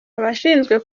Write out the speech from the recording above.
abashinzwe